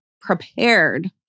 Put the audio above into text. prepared